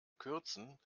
kürzen